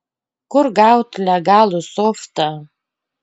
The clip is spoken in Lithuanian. kur gaut legalų softą